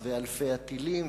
ה"חמאס" ואלפי הטילים והרקטות,